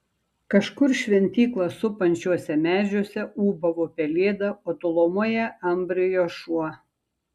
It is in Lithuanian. kažkur šventyklą supančiuose medžiuose ūbavo pelėda o tolumoje ambrijo šuo